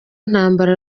ntambara